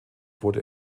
wurde